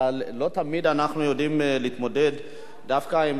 אבל לא תמיד אנחנו יודעים להתמודד דווקא עם